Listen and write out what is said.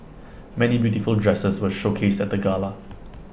many beautiful dresses were showcased at the gala